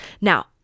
Now